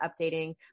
updating